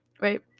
Right